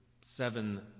seven